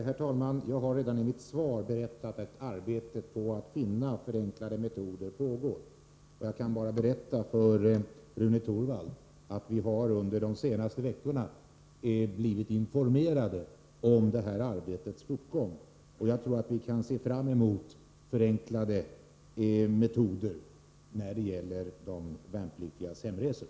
Herr talman! Jag har redan i mitt svar berättat att arbetet på att finna enklare metoder pågår. Jag kan tala om för Rune Torwald att vi under de senaste veckorna blivit informerade om arbetets fortgång. Vi kan se fram emot förenklade metoder när det gäller ersättningar för värnpliktigas hemresor.